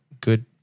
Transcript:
good